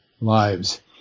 lives